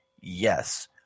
Yes